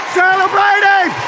celebrating